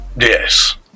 Yes